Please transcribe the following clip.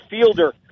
fielder